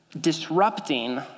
disrupting